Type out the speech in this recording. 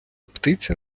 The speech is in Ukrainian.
птиця